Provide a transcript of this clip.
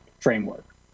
framework